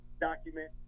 document